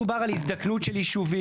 דובר על הזדקנות של יישובים,